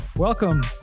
Welcome